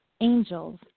angels